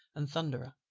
and thunderer